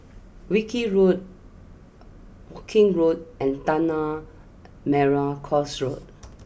Wilkie Road Woking Road and Tanah Merah Coast Road